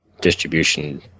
distribution